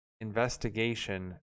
investigation